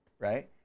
right